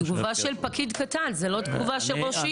זו תגובה של פקיד קטן, לא תגובה של ראש עיר.